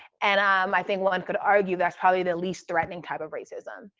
and um i think one could argue, that's probably the least threatening type of racism.